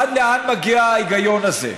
עד לאן מגיע ההיגיון הזה?